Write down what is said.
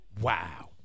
Wow